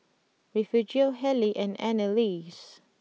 Refugio Hallie and Anneliese